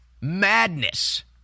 madness